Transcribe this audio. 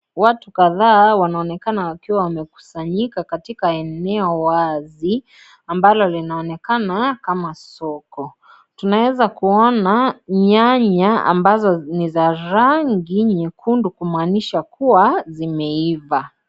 Watu kadhaa wanaonekana wakiwa wamekusanyika katika eneo wazi ambalo linaonekana Kama soko. Tunaeza kuona nyanya ambazo ni za rangi nyekundu kumaanisha kuwa zimeiva.